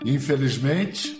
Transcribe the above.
Infelizmente